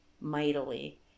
mightily